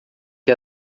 que